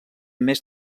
més